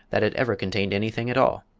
that it ever contained anything at all!